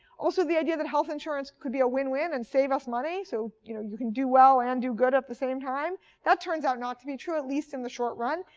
also, the idea that health insurance could be a win-win and save us money so you know you can do well and do good at the same time that turns out not to be true, at least in the short run.